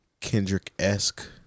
Kendrick-esque